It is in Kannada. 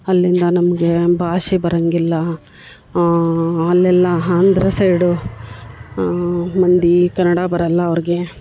ಅಲ್ಲಿಂದ ನಮಗೆ ಭಾಷೆ ಬರಂಗಿಲ್ಲ ಅಲ್ಲೆಲ್ಲ ಆಂಧ್ರ ಸೈಡು ಮಂದಿ ಕನ್ನಡ ಬರಲ್ಲ ಅವ್ರಿಗೆ